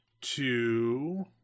two